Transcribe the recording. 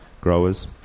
growers